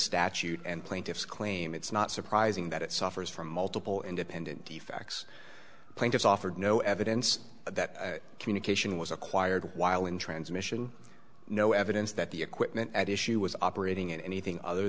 statute and plaintiff's claim it's not surprising that it suffers from multiple independent defects plaintiffs offered no evidence that communication was acquired while in transmission no evidence that the equipment at issue was operating in anything other